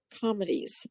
comedies